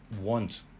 want